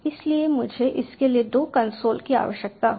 इसलिए मुझे इसके लिए दो कंसोल की आवश्यकता होगी